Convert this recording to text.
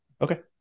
Okay